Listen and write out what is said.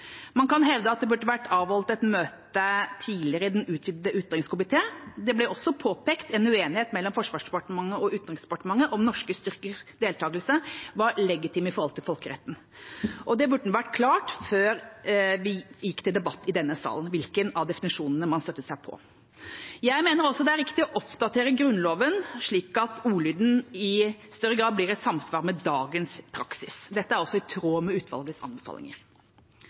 Man kan hevde at det burde ha vært avholdt et møte tidligere i den utvidete utenriks- og forsvarskomité. Det ble også påpekt en uenighet mellom Forsvarsdepartementet og Utenriksdepartementet om hvorvidt norske styrkers deltakelse var legitim i henhold til folkeretten. Det burde ha vært klart, før vi gikk til debatt i denne salen, hvilken av definisjonene man støttet seg til. Jeg mener også det er riktig å oppdatere Grunnloven slik at ordlyden i større grad blir i samsvar med dagens praksis. Dette er også i tråd med utvalgets anbefalinger.